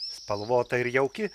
spalvota ir jauki